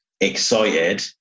excited